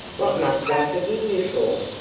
what must i forgive you for?